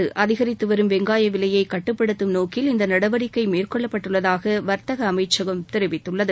பு அதிகரித்துவரும் வெங்காய கட்டுப்படுத்தம் நோக்கில் விலையை இந்த நடவடிக்கை மேற்கொள்ளப்பட்டுள்ளதாக வா்த்தக அமைச்சகம் தெரிவித்துள்ளது